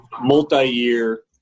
multi-year